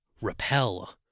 repel